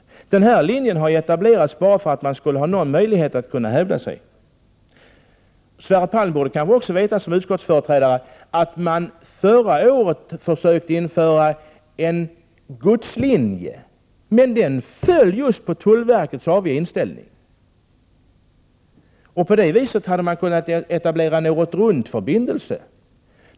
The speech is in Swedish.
Den här linjen har etablerats bara för att man skulle ha någon möjlighet att hävda sig. Sverre Palm borde kanske som utskottsföreträdare också veta att man förra året försökte införa en godslinje, men den föll just på grund av tullverkets aviga inställning. På det viset hade man kunnat etablera en året-runt-förbindelse.